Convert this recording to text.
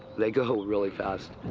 they go really fast.